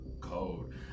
code